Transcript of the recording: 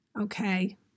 Okay